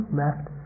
left